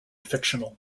fictional